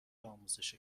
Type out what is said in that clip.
آموزش